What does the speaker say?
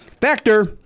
Factor